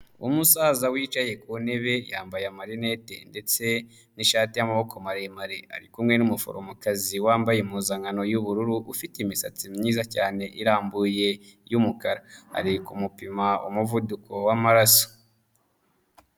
Umusaza wicaye ku ntebe yambaye amarinete ndetse n'ishati y'amaboko maremare, arikumwe n'umuforomokazi wambaye impuzankano y'ubururu ufite imisatsi myiza cyane irambuye y'umukara. Ari kumupima umuvuduko w'amaraso.